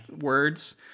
words